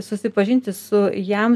susipažinti su jam